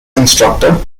instructor